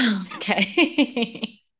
Okay